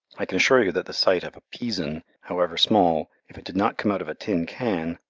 i can assure you that the sight of a peason, however small, if it did not come out of a tin can,